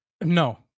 No